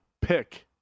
pick